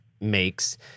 makes